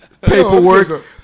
Paperwork